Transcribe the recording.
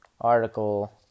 article